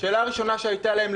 שאלה ראשונה שהייתה להם,